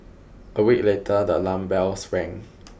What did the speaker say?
a week later the alarm bells rang